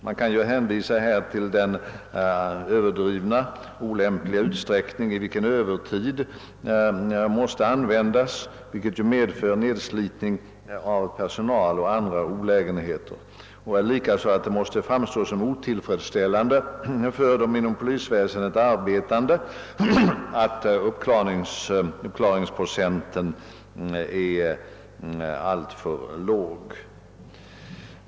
Här kan hänvisas till den överdrivna och olämpliga utsträckning i vilken övertid måste användas, vilket ju medför nedslitning av personal och andra olägenheter. Likaså måste det framstå som otillfredsställande för de inom polisväsendet arbetande att uppklaringsprocenten är alltför låg.